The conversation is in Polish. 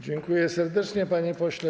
Dziękuję serdecznie, panie pośle.